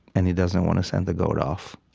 and he doesn't want to send the goat off?